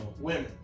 women